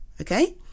okay